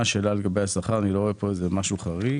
אני לא רואה כאן משהו חריג.